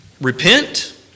repent